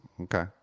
Okay